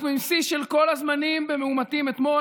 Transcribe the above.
אנחנו עם שיא של כל הזמנים במאומתים אתמול,